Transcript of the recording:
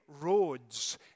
roads